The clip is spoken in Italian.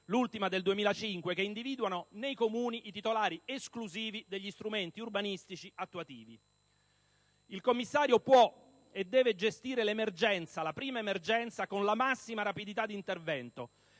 (l'ultima nel 2005) che individuano nei Comuni i titolari esclusivi degli strumenti urbanistici attuativi. Il commissario può e deve gestire la prima emergenza con la massima rapidità d'intervento,